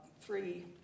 three